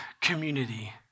community